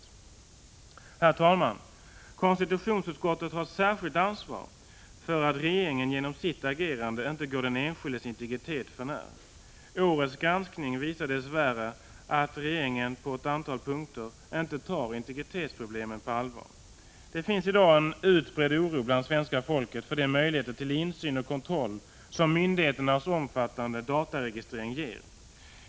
Herr talman! Konstitutionsutskottet har särskilt ansvar för att regeringen genom sitt agerande inte går den enskildes integritet för när. Årets granskning visar dess värre att regeringen på ett antal punkter inte tar integritetsproblemen på allvar. Det finns i dag en utbredd oro hos svenska folket för de möjligheter till insyn och kontroll som myndigheternas omfattande dataregistrering ger.